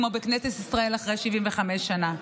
כמו בכנסת ישראל אחרי 75 שנה,